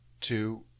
two